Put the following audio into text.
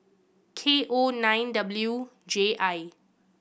K O nine W J I